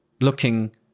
looking